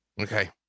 Okay